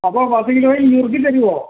അപ്പോൾ പത്ത് കിലോയും നുറുക്കിത്തരുമോ